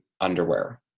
underwear